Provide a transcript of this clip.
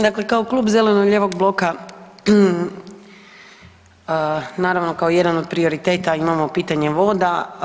Dakle, kao Klub zeleno-lijevog bloka naravno kao jedan od prioriteta imamo pitanje voda.